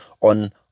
on